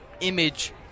image